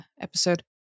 episode